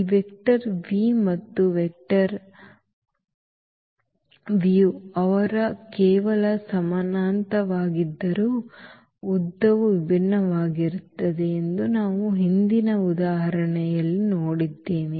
ಈ vector V ಮತ್ತು vector ಅವ್ ಅವರು ಕೇವಲ ಸಮಾನಾಂತರವಾಗಿದ್ದರು ಉದ್ದವು ವಿಭಿನ್ನವಾಗಿತ್ತು ಎಂದು ನಾವು ಹಿಂದಿನ ಉದಾಹರಣೆಯಲ್ಲಿ ನೋಡಿದ್ದೇವೆ